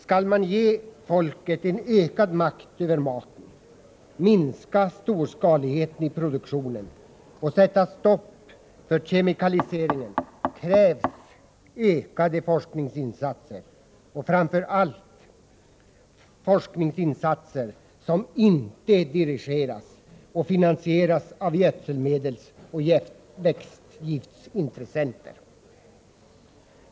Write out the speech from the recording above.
Skall man ge folket en ökad makt över maten, minska storskaligheten i produktionen och sätta stopp för kemikaliseringen, krävs ökade forskningsinsatser och framför allt forskningsinsatser som inte dirigeras och finansieras av gödselmedelsoch växtgiftsintressenter.